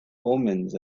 omens